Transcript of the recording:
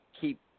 keep